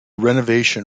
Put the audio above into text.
renovation